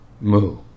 Mu